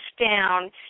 down